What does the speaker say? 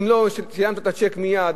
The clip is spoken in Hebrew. אם לא נתת את הצ'ק מייד,